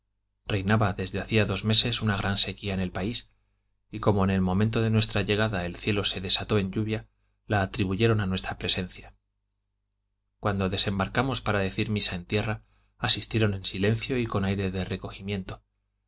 reinaba desde hacía dos meses una gran sequía en el país y como en el momento de nuestra llegada el cielo se desató en lluvia la atribuyeron a nuestra presencia cuando desembarcamos para decir misa en tierra asistieron en silencio y con aire de recogimiento